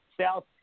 South